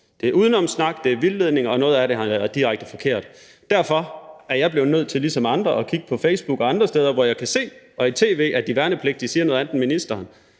Det er udenomssnak, det er vildledning, og noget af det har været direkte forkert. Derfor er jeg blevet nødt til ligesom andre at kigge på Facebook, i tv og andre steder, hvor jeg kan se, at de værnepligtige siger noget andet end ministeren.